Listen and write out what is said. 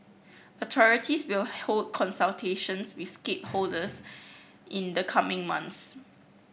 authorities will hold consultations with stakeholders in the coming months